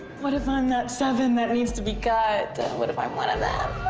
what if i'm that seven that needs to be cut? what if i'm one of them?